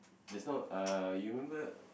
just now uh you remember